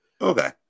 Okay